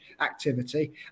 activity